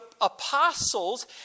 apostles